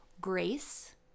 grace